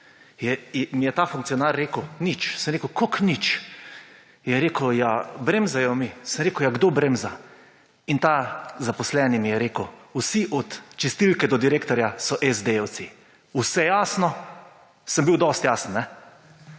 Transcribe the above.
mi je ta funkcionar rekel, »Nič«, sem rekel, »Kako nič?«, je rekel, »Ja, bremzajo mi«, sem rekel, »Ja kdo bremza?«, in ta zaposleni mi je rekel, vsi od čistilke do direktorja so SD-jevci. Vse jasno? Sem bil dosti jasen,